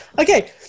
Okay